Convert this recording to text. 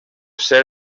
ser